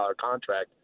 contract